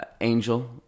angel